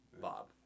Bob